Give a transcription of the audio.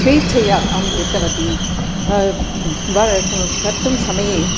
स्वेच्छया अहं कृतवती वर् क कर्तुं समये